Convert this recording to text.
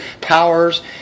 powers